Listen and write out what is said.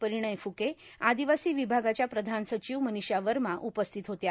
परिणय फुके आदिवासी विभागाच्या प्रधान सचिव मनिषा वर्मा उपस्थित होत्या